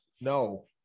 No